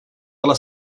ela